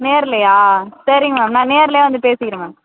நேர்லையா சரிங்க மேம் நான் நேர்லையே வந்து பேசிக்கிறேன் மேம்